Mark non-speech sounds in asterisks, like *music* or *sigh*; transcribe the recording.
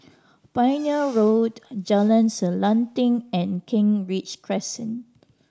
*noise* Pioneer Road Jalan Selanting and Kent Ridge Crescent